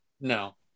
No